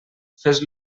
fes